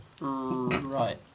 Right